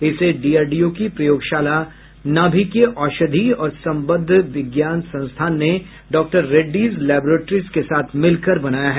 इसे डीआरडीओ की प्रयोगशाला नाभिकीय औषधि और संबद्ध विज्ञान संस्थान ने डॉ रेड्डीज लेबॉरेट्रीज के साथ मिलकर बनाया है